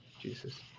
Jesus